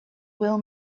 will